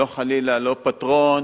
לא, חלילה, לא פטרון